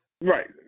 Right